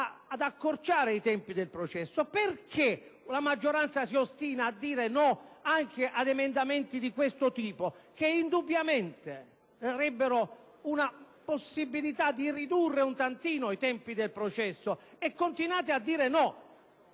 ad accorciare i tempi del processo. Perché la maggioranza si ostina a dire di no anche ad emendamenti del genere, che indubbiamente darebbero la possibilità di ridurre un tantino i tempi del processo? Perché si continua a dire di